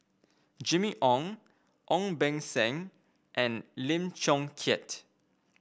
Jimmy Ong Ong Beng Seng and Lim Chong Keat